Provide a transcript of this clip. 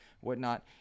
whatnot